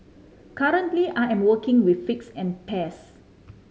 currently I am working with figs and pears